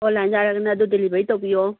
online ꯌꯥꯔꯒꯅ ꯑꯗꯨ delivery ꯇꯧꯕꯤꯌꯣ